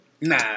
Nah